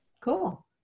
Cool